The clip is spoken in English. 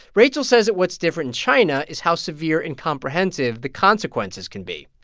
rachel says what's different china is how severe and comprehensive the consequences can be.